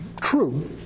true